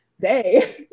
day